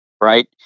right